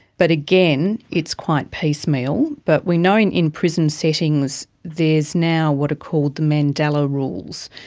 but again, it's quite piecemeal. but we know in in prison settings there's now what are called the mandela rules.